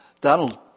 Donald